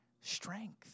Strength